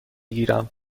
گیرم